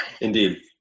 Indeed